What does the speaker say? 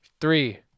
Three